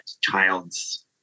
child's